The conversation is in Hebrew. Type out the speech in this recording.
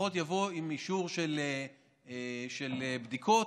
לפחות יבוא עם אישור על בדיקות,